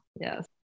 yes